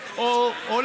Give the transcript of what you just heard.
אני